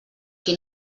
qui